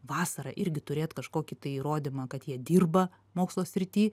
vasarą irgi turėt kažkokį tai įrodymą kad jie dirba mokslo srity